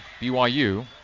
BYU